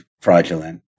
fraudulent